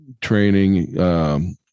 training